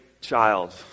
child